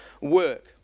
work